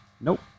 Nope